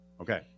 Okay